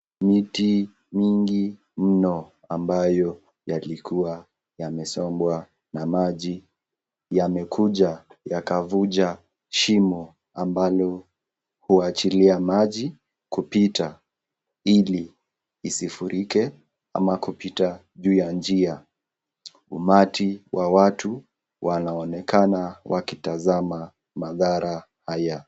Miti mingi mno ambayo yalikuwa yamesombwa na maji yamekuja yakavunja shimo ambalo hawachilia maji kupita ili isifurike ama kupita juu ya njia. Umati wa watu unaonekana wakitazama madhara haya.